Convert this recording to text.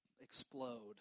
explode